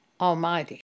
Almighty